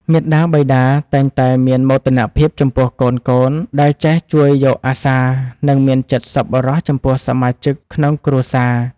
មាតាបិតាតែងតែមានមោទនភាពចំពោះកូនៗដែលចេះជួយយកអាសារនិងមានចិត្តសប្បុរសចំពោះសមាជិកក្នុងគ្រួសារ។